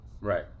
right